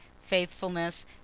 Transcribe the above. faithfulness